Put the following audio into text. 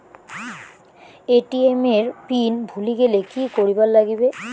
ATM এর pin ভুলি গেলে কি করিবার লাগবে?